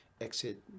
exit